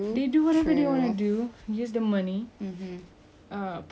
uh plan their day but there's no rush which is a good thing